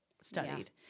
studied